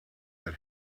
that